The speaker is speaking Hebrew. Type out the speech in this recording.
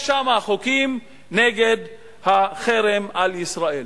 יש שם חוקים נגד החרם על ישראל.